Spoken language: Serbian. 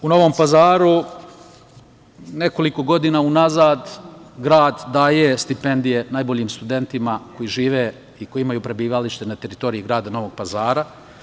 U Novom Pazaru nekoliko godina unazad grad daje stipendije najboljim studentima koji žive i koji imaju prebivalište na teritoriji grada Novog Pazara.